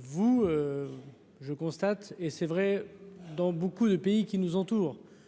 vous, je constate, et c'est vrai dans beaucoup de pays qui nous entourent,